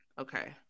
okay